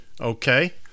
okay